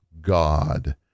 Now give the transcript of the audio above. God